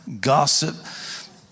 gossip